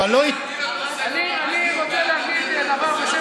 מילא אם זה רק בעניינים של כבוד,